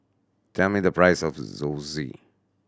tell me the price of Zosui